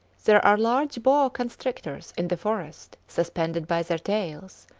there are large boa-constrictors in the forest suspended by their tails,